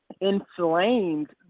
inflamed